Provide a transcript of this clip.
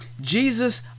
Jesus